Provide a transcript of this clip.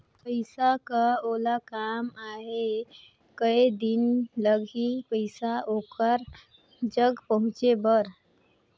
पइसा कर ओला काम आहे कये दिन लगही पइसा ओकर जग पहुंचे बर?